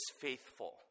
faithful